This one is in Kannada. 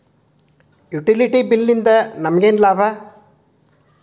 ಯುಟಿಲಿಟಿ ಬಿಲ್ ನಿಂದ್ ನಮಗೇನ ಲಾಭಾ?